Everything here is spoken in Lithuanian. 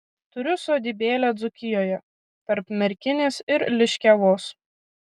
turiu sodybėlę dzūkijoje tarp merkinės ir liškiavos